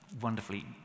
wonderfully